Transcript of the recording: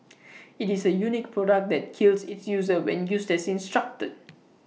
IT is A unique product that kills its user when used as instructed